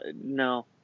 No